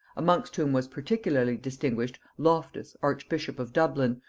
amongst whom was particularly distinguished loftus archbishop of dublin,